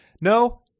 No